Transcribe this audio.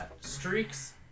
Streaks